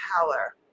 power